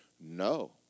no